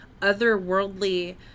otherworldly